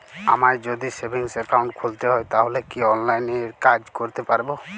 আমায় যদি savings account খুলতে হয় তাহলে কি অনলাইনে এই কাজ করতে পারবো?